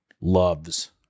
loves